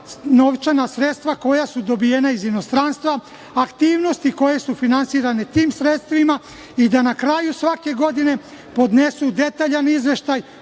novčana sredstva koja su dobijena iz inostranstva, aktivnosti koje su finansirane tim sredstvima i da na kraju svake godine podnesu detaljan izveštaj